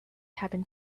cabin